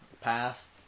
past